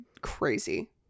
crazy